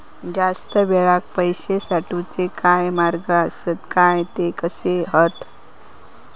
जास्त वेळाक पैशे साठवूचे काय मार्ग आसत काय ते कसे हत?